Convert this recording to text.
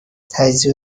تجزیه